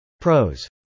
PROS